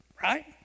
Right